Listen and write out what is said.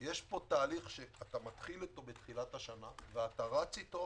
תהליך שאתה מתחיל אותו בתחילת השנה ואתה רץ אתו